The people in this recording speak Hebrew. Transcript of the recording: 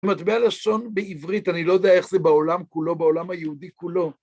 פלולה צריך לבדוק